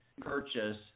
purchase